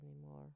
anymore